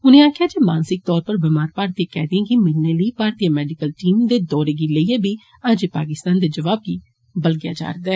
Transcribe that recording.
उनें आक्खेया जे मानसिक तौर पर बमार भारतीय कैदियें गी मिलने लेई भारतीय मैडिकल टीम दे दौरे गी लेइयै बी अजें पाकिस्तान दे जवाब गी बलगेया जा रदा ऐ